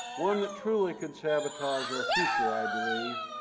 one that truly could sabotage our future, i believe.